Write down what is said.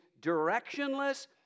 directionless